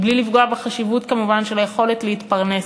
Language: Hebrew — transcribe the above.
בלי לפגוע כמובן בחשיבות של היכולת להתפרנס,